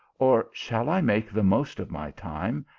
or shall i make the most of my time,